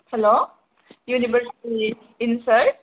हेल' university नि in-charge